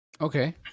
Okay